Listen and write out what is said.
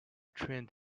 trained